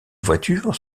voitures